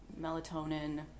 melatonin